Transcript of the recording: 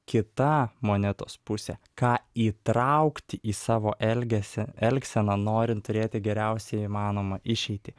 kita monetos pusė ką įtraukti į savo elgesį elgseną norint turėti geriausią įmanomą išeitį